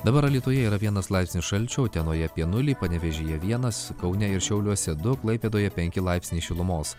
dabar alytuje yra vienas laipsnis šalčio utenoje apie nulį panevėžyje vienas kaune ir šiauliuose du klaipėdoje penki laipsniai šilumos